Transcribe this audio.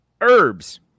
Herbs